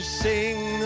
sing